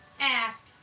ask